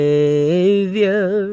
Savior